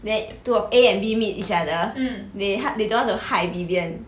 then two of A and B meet each other they ha~ they don't want to 害 vivian